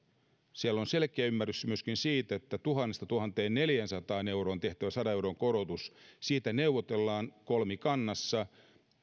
siellä on selkeä ymmärrys myöskin siitä että tuhannesta tuhanteenneljäänsataan euroon tehtävästä sadan euron korotuksesta neuvotellaan kolmikannassa